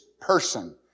person